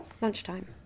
Lunchtime